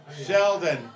Sheldon